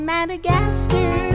Madagascar